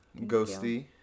Ghosty